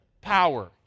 power